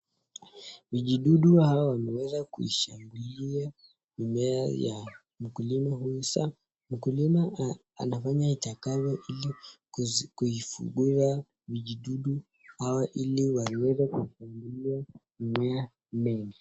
Vijidudu hawa wamweza kuishabulia mimea ya mkulima huyu sasa mkulima ana fanya itakavyo ili kuifukuza vijidudu hawa iliwaweze kufugulia mimea mengi.